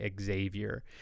Xavier